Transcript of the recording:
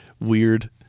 Weird